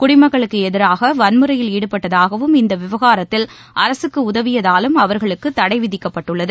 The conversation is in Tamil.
குடிமக்களுக்கு எதிராக வன்முறையில் ஈடுபட்டதாகவும் இந்த விவகாரத்தில் அரசுக்கு உதவியதாலும் அவர்களுக்கு தடை விதிக்கப்பட்டுள்ளது